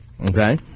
Okay